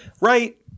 Right